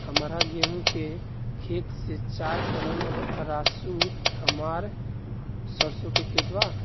हमार गेहू के खेत से चार कदम रासु हमार सरसों के खेत बा